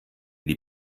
die